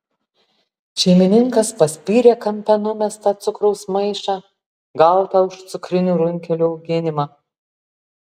šeimininkas paspyrė kampe numestą cukraus maišą gautą už cukrinių runkelių auginimą